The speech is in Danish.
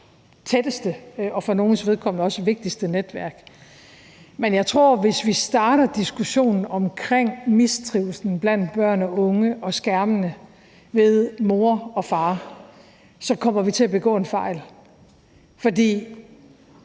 tætteste og for nogles vedkommende også vigtigste netværk. Men jeg tror, at hvis vi starter diskussionen ved mor og far om mistrivslen blandt børn og unge og om skærmene, kommer vi til at begå en fejl, for